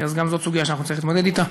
אז גם זאת סוגיה שנצטרך להתמודד אתה.